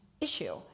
issue